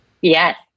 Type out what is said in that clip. Yes